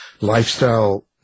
lifestyle